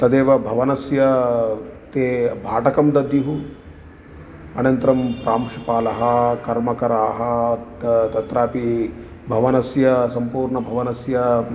तदेव भवनस्य भाटकं दद्युः अनन्तरं प्रांशुपालः कर्मकराः त तत्रापि भवनस्य सम्पूर्णभवनस्य